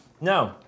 No